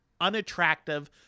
unattractive